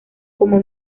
como